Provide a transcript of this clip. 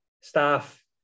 staff